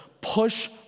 push